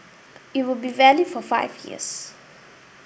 it will be valid for five years